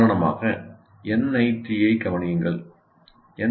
உதாரணமாக என்ஐடி யைக் கவனியுங்கள் என்